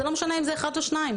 זה לא משנה אם זה אחד או שניים.